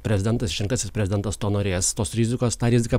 prezidentas išrinktasis prezidentas to norės tos rizikos tą riziką